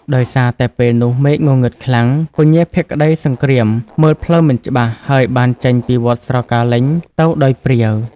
ដោយសារតែពេលនោះមេឃងងឹតខ្លាំង ពញាភក្តីសង្គ្រាមមើលផ្លូវមិនច្បាស់ ហើយបានចេញពីវត្តស្រកាលេញទៅដោយព្រាវ។